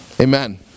Amen